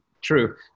true